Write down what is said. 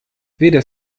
weder